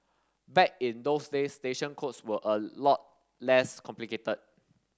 back in those days station codes were a lot less complicated